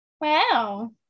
Wow